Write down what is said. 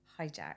Hijack